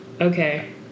Okay